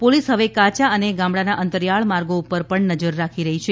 police હવે કાયા અને ગામડાના અંતરિયાળ માર્ગો ઉપર પણ નજર રાખી રહી છે